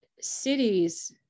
cities